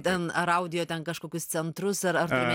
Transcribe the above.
ten ar audio ten kažkokius centrus ar